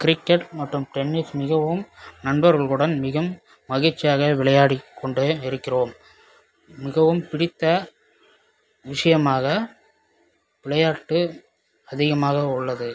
cricket மற்றும் tennis மிகவும் நண்பர்களுடன் மிகவும் மகிழ்ச்சியாக விளையாடிக் கொண்டே இருக்கிறோம் மிகவும் பிடித்த விஷயமாக விளையாட்டு அதிகமாக உள்ளது